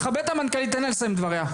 תכבד את המנכ"לית תן לה לסיים דבריה.